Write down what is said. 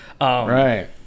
Right